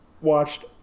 watched